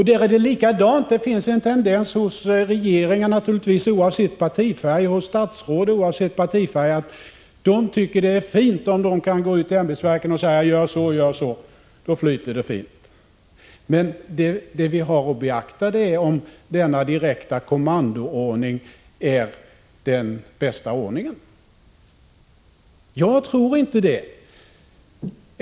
Det är likadant där: det finns en tendens hos regeringar och statsråd, oavsett partifärg, att tycka att det är fint om de kan gå ut till ämbetsverken och säga: Gör så och så, gör så och så — då flyter det fint. Men det vi har att beakta är om denna direkta kommandoordning är den bästa ordningen. Jag tror inte det.